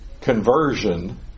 conversion